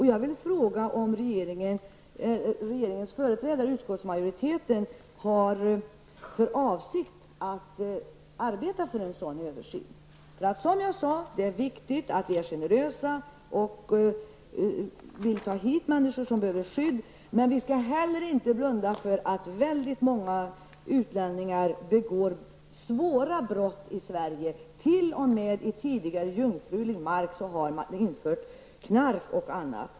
Jag vill fråga om regeringens företrädare, utskottsmajoriteten, har för avsikt att arbeta för en sådan översyn. Det är som jag sade viktigt att vi är generösa och till ta hit människor som behöver skydd. Men vi skall inte heller blunda för att väldigt många utlänningar begår svåra brott i Sverige. På tidigare jungfrulig mark har man t.o.m. infört narkotika och annat.